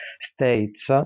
states